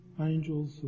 angels